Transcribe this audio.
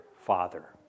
father